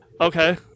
Okay